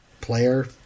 player